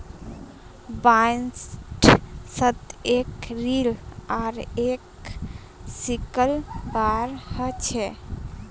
बाइंडर्सत एक रील आर एक सिकल बार ह छे